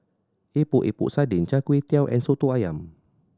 Epok Epok Sardin Char Kway Teow and Soto Ayam